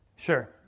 Sure